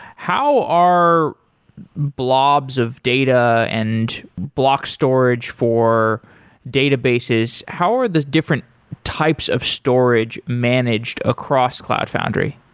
how are blobs of data and block storage for databases, how are those different types of storage managed across cloud foundry?